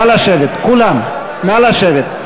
נא לשבת,